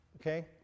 Okay